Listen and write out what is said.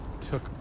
Took